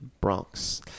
Bronx